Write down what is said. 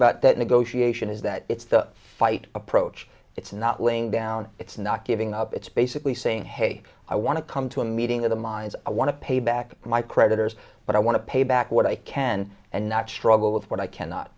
about that negotiation is that it's the fight approach it's not laying down it's not giving up it's basically saying hey i want to come to a meeting of the minds i want to pay back my creditors but i want to pay back what i can and not struggle with what i cannot